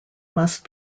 must